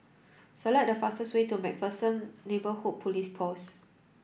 select the fastest way to MacPherson Neighbourhood Police Post